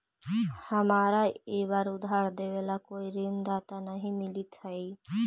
हमारा ई बार उधार देवे ला कोई ऋणदाता नहीं मिलित हाई